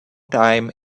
time